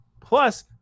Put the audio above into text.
Plus